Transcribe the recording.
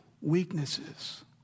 weaknesses